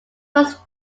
was